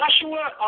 Joshua